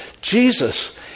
Jesus